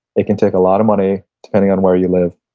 it can take a lot of money depending on where you live.